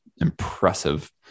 impressive